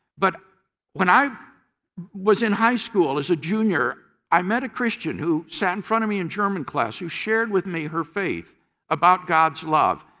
but when i was in high school as a junior, i met a christian who sat in front of me in german class who shared with me her faith about god's love.